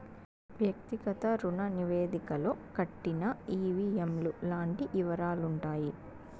వ్యక్తిగత రుణ నివేదికలో కట్టిన ఈ.వీ.ఎం లు లాంటి యివరాలుంటాయి